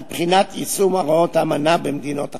בחינת יישום הוראות האמנה במדינות החברות.